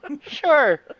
Sure